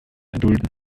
erdulden